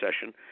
session